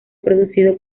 producido